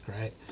right